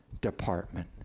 department